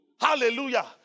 Hallelujah